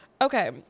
Okay